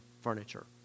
furniture